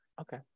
Okay